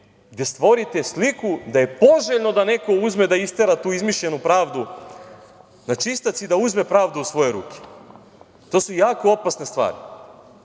gde stvorite sliku da je poželjno da neko uzme da istera tu izmišljenu pravdu na čistac i da uzme pravdu u svoje ruke. To su jako opasne stvari. Ono